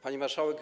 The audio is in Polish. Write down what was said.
Pani Marszałek!